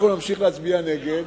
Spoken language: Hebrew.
אנחנו נמשיך להצביע נגד,